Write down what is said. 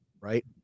right